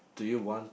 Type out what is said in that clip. do you want